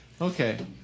Okay